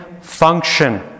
function